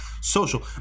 social